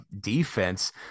defense